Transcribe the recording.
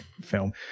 film